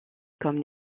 comme